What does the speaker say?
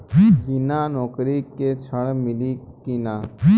बिना नौकरी के ऋण मिली कि ना?